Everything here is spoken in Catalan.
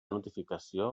notificació